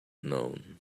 known